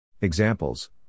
Examples